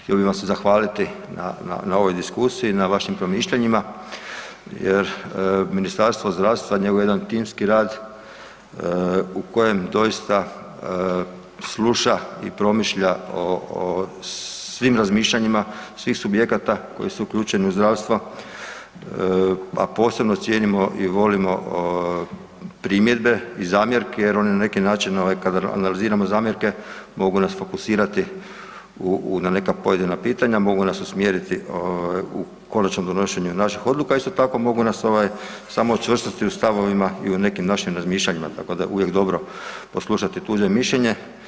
Htio bih vam se zahvaliti na ovoj diskusiji i na vašim promišljanjima jer Ministarstvo zdravstva, njegov jedan timski rad u kojem doista sluša i promišlja o svim razmišljanjima, svih subjekata koji su uključeni u zdravstvo, a posebno cijenimo i volimo primjedbe i zamjerke jer one na neki način ovaj, kada analiziramo zamjerke, mogu nas fokusirati na neka pojedina pitanja, mogu nas usmjeriti u konačno donošenje naših odluka, isto tako, mogu nas samo učvrstiti u stavovima i u nekim našim razmišljanjima, tako da je uvijek dobro poslušati tuđe mišljenje.